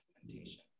implementation